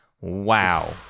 Wow